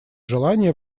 желание